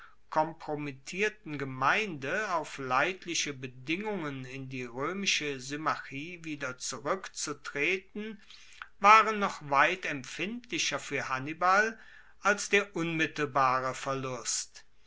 kompromittierten gemeinde auf leidliche bedingungen in die roemische symmachie wieder zurueckzutreten waren noch weit empfindlicher fuer hannibal als der unmittelbare verlust